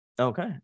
okay